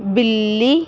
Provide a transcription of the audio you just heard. ਬਿੱਲੀ